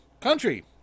country